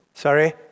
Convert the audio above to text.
Sorry